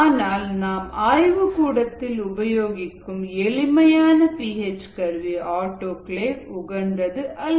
ஆனால் நாம் ஆய்வுகூடத்தில் உபயோகிக்கும் எளிமையான பி ஹெச் கருவி ஆட்டோகிளேவ்க்கு உகந்தது அல்ல